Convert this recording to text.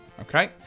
Okay